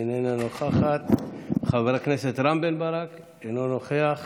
איננה נוכחת, חבר הכנסת רם בן ברק, אינו נוכח,